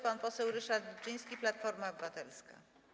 Pan poseł Ryszard Wilczyński, Platforma Obywatelska.